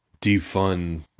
defund